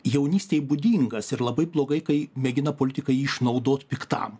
jaunystei būdingas ir labai blogai kai mėgina politikai jį išnaudot piktam